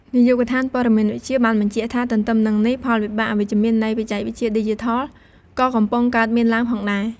នាយកដ្ឋានព័ត៌មានវិទ្យា បានបញ្ជាក់ថា ទន្ទឹមនឹងនេះ ផលវិបាកអវិជ្ជមាន នៃ បច្ចេកវិទ្យាឌីជីថល ក៏កំពុងកើតមានឡើងផងដែរ។